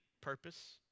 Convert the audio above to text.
purpose